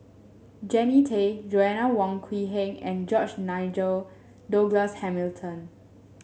Jannie Tay Joanna Wong Quee Heng and George Nigel Douglas Hamilton